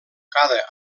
cada